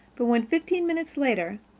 but when, fifteen minutes later,